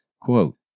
Quote